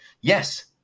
Yes